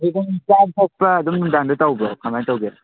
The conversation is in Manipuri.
ꯑꯗꯨꯝ ꯅꯨꯡꯗꯥꯡꯗ ꯇꯧꯕ꯭ꯔꯣ ꯀꯃꯥꯏ ꯇꯧꯒꯦ